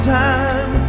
time